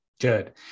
Good